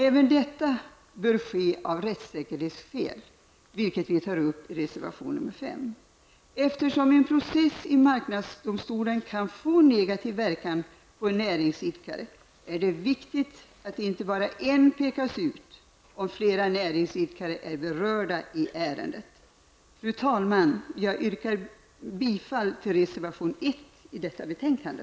Även detta bör ske av rättssäkerhetsskäl, vilket vi tar upp i reservation nr 5. Eftersom en process i marknadsdomstolen kan få en negativ verkan för en näringsidkare, är det viktigt att inte bara en näringsidkare pekas ut om flera näringsidkare är berörda av ärendet. Fru talman! Jag yrkar bifall till reservation nr 1 till detta betänkande.